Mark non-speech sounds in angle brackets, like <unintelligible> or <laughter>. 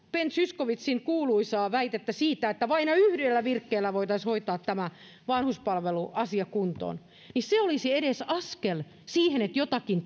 ben zyskowiczin kuuluisa väite siitä ettei vain yhdellä virkkeellä voitaisi hoitaa tätä vanhuspalveluasiaa kuntoon niin tosiasiassa se olisi edes askel siihen että jotakin <unintelligible>